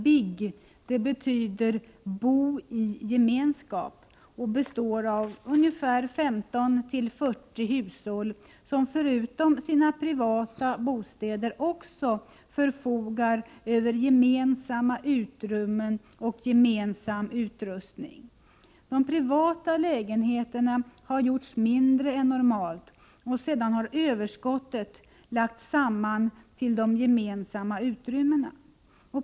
BIG, som betyder bo i gemenskap, består av 15-40 hushåll som förutom sina privata bostäder också förfogar över gemensamma utrymmen och gemensam utrustning. De privata lägenheterna har gjorts mindre än normalt och sedan har ”överskottet” lagts samman till de gemensamma utrymmena.